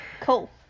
Cool